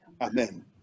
Amen